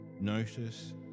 notice